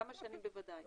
כמה שנים בוודאי.